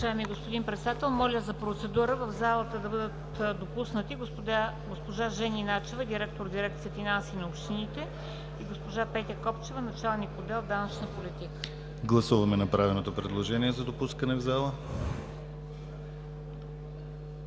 Гласуваме направеното предложение за допускане в зала.